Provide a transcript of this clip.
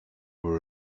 were